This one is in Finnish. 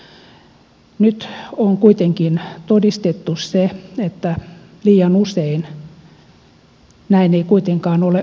nyt on kuitenkin todistettu että liian usein näin ei kuitenkaan ole ollut